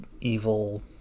evil